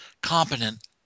competent